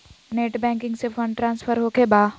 Net banking से fund transfer होखें बा?